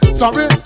sorry